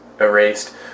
erased